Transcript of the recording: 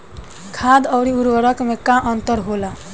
खाद्य आउर उर्वरक में का अंतर होला?